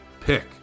pick